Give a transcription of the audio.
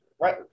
right